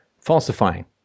falsifying